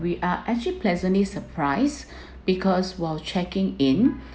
we are actually pleasantly surprise because while checking in